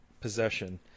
possession